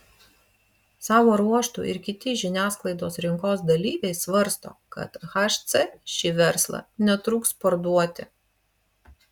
savo ruožtu ir kiti žiniasklaidos rinkos dalyviai svarsto kad hc šį verslą netruks parduoti